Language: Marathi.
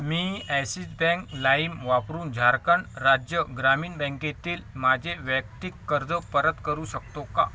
मी ॲसिस बँक लाईम वापरून झारखंड राज्य ग्रामीण बँकेतील माझे वैयक्तिक कर्ज परत करू शकतो का